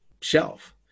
shelf